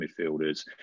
midfielders